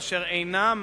אשר אינם